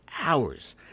hours